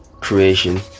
creation